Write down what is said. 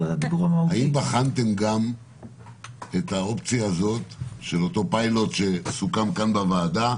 האם בחנתם גם את האופציה של הפילוט שסוכם בוועדה